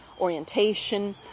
orientation